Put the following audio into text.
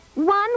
One